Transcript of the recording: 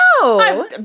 No